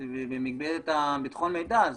ביטחון המידע,